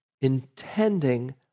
intending